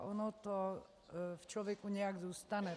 Ono to v člověku nějak zůstane.